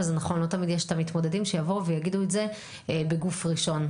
וזה נכון: לא תמיד יש את המתמודדים שיבואו ויגידו את זה בגוף ראשון.